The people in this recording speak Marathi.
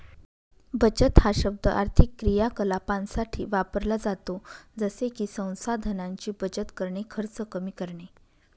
बचत हा शब्द आर्थिक क्रियाकलापांसाठी वापरला जातो जसे की संसाधनांची बचत करणे, खर्च कमी करणे